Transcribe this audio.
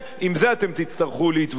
עם זה אתם תצטרכו להתווכח.